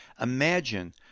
Imagine